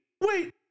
wait